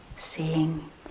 Seeing